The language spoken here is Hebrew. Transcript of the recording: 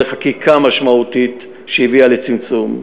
זו חקיקה משמעותית שהביאה לצמצום.